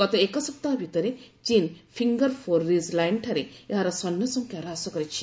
ଗତ ଏକ ସପ୍ତାହ ଭିତରେ ଚୀନ୍ ଫିଙ୍ଗର ଫୋର୍ ରିଜ୍ ଲାଇନ୍ଠାରେ ଏହାର ସୈନ୍ୟ ସଂଖ୍ୟା ହ୍ରାସ କରିଛି